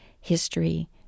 history